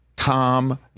Tom